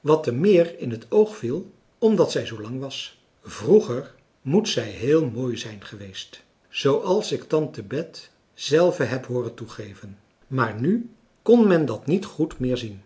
wat te meer in het oog viel omdat zij zoo lang was vroeger moet zij heel mooi zijn geweest zooals ik tante bet zelve heb hooren toegeven maar nu kon men dat niet goed meer zien